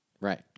Right